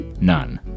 None